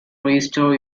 restore